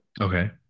okay